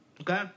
Okay